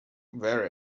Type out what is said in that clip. wear